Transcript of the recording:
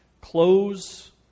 clothes